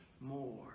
more